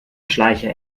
schleicher